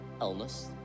illness